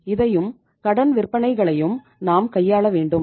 இதையும் கடன் விற்பனைகளையும் நாம் கையாள வேண்டும்